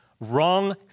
Wrong